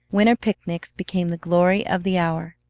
winter picnics became the glory of the hour.